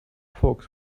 folks